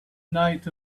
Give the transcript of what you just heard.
night